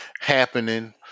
happening